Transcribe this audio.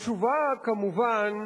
התשובה, כמובן,